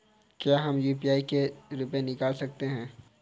क्या हम यू.पी.आई से रुपये निकाल सकते हैं?